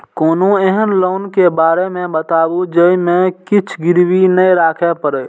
कोनो एहन लोन के बारे मे बताबु जे मे किछ गीरबी नय राखे परे?